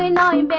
i mean nine but